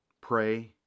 pray